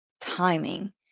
timing